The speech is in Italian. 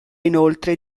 inoltre